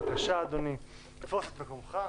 בבקשה, אדוני, תפוס את מקומך.